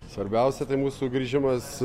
svarbiausia tai mūsų grįžimas